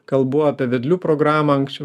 kalbu apie vedlių programą anksčiau